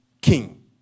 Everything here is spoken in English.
king